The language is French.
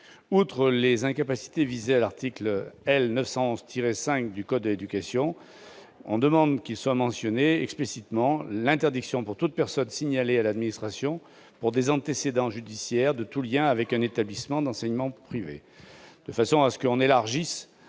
outre les incapacités visées à l'article L. 911-5 du code de l'éducation, il convient de mentionner explicitement l'interdiction pour toute personne signalée à l'administration pour des antécédents judiciaires d'entretenir tout lien avec un établissement d'enseignement privé. Il s'agit donc d'élargir